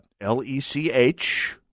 L-E-C-H